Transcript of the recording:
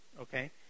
okay